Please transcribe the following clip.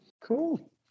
Cool